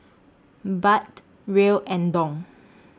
Baht Riel and Dong